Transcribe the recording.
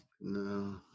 no